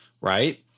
right